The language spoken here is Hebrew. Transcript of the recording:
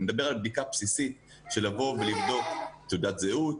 אני מדבר על בדיקה בסיסית של לבוא ולבדוק תעודת זהות,